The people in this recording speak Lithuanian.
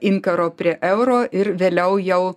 inkaro prie euro ir vėliau jau